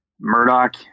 Murdoch